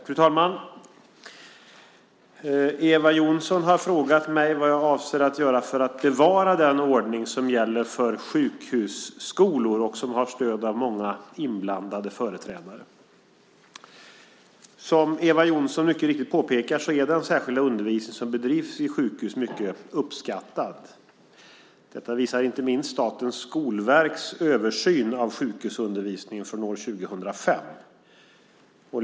Fru talman! Eva Johnsson har frågat mig vad jag avser att göra för att bevara den ordning som gäller för sjukhusskolor och som har stöd av många inblandade företrädare. Som Eva Johnsson mycket riktigt påpekar är den särskilda undervisning som bedrivs vid sjukhus mycket uppskattad. Detta visar inte minst Statens skolverks översyn av sjukhusundervisningen från år 2005.